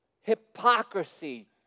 hypocrisy